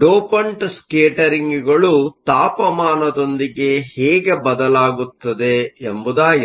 dopant ಸ್ಕೇಟರಿಂಗ್ಗಳು ತಾಪಮಾನದೊಂದಿಗೆ ಹೇಗೆ ಬದಲಾಗುತ್ತದೆ ಎಂಬುದಾಗಿದೆ